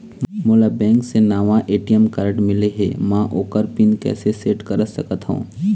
मोला बैंक से नावा ए.टी.एम कारड मिले हे, म ओकर पिन कैसे सेट कर सकत हव?